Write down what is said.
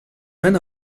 man